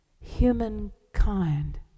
humankind